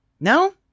No